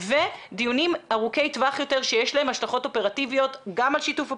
ודיונים ארוכי טווח שיש להם השלכות אופרטיביות גם על השיתוף הפעולה,